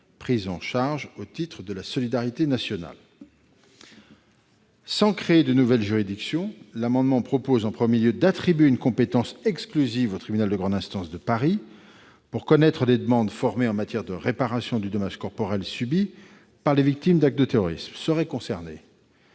prise en charge au titre de la solidarité nationale. Sans créer de nouvelle juridiction, l'amendement tend, en premier lieu, à attribuer compétence exclusive au tribunal de grande instance de Paris pour connaître des demandes formées en matière de réparation du dommage corporel subi par les victimes d'actes de terrorisme. Seraient concernés